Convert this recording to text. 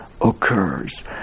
occurs